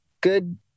good